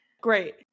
Great